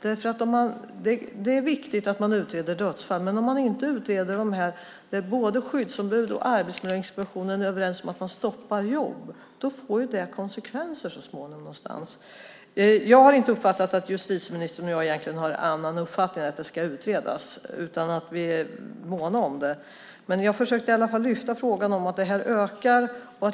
Det är viktigt att man utreder dödsfall, men utreder man inte de fall där både skyddsombud och Arbetsmiljöinspektionen är överens om att man stoppar jobb får det konsekvenser så småningom. Jag har inte uppfattat att jag och justitieministern har någon annan uppfattning än att det ska utredas. Vi är måna om det. Jag försökte lyfta fram att detta ökar.